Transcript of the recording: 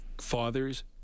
fathers